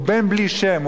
הוא בן בלי שם,